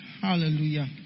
Hallelujah